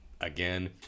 again